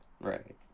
right